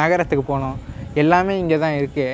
நகரத்துக்கு போகணும் எல்லாமே இங்கே தான் இருக்கே